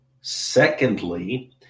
Secondly